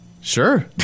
Sure